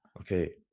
Okay